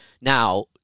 now